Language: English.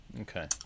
Okay